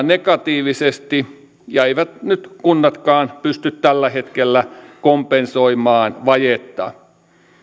negatiivisesti ja eivät nyt kunnatkaan pysty tällä hetkellä kompensoimaan vajetta